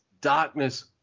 darkness